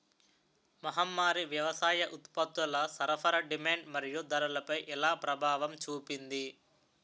మహమ్మారి వ్యవసాయ ఉత్పత్తుల సరఫరా డిమాండ్ మరియు ధరలపై ఎలా ప్రభావం చూపింది?